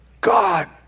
God